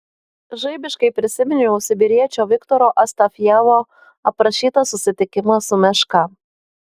žaibiškai prisiminiau sibiriečio viktoro astafjevo aprašytą susitikimą su meška